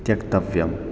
त्यक्तव्यम्